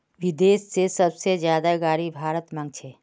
विदेश से सबसे ज्यादा गाडी भारत मंगा छे